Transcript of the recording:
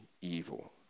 evil